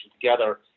together